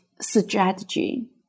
strategy